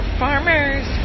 farmers